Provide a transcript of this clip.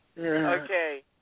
Okay